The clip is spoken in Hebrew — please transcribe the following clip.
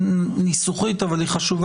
היא יורדת וזה נשאר "בסעיף 83(ב)